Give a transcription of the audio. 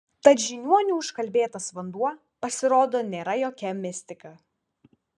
tad žiniuonių užkalbėtas vanduo pasirodo nėra jokia mistika